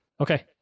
okay